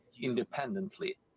independently